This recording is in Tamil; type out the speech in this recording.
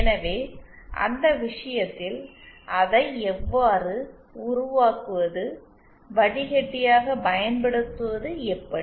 எனவே அந்த விஷயத்தில் அதை எவ்வாறு உருவாக்குவது வடிகட்டியாகப் பயன்படுத்துவது எப்படி